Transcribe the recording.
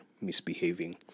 misbehaving